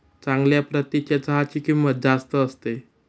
चांगल्या प्रतीच्या चहाची किंमत जास्त असते